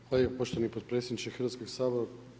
Zahvaljujem poštovani potpredsjedniče Hrvatskog sabora.